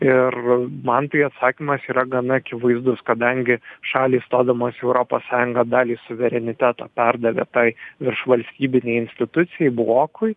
ir man tai atsakymas yra gana akivaizdus kadangi šalys stodamos į europos sąjungą dalį suvereniteto perdavė tai viršvalstybinei institucijai blokui